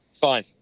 Fine